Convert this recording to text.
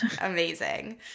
Amazing